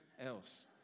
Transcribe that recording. else